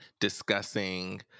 discussing